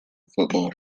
football